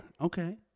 Okay